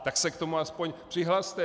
Tak se k tomu aspoň přihlaste.